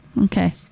Okay